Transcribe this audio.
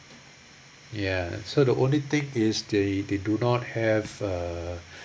ya so the only thing is they they do not have uh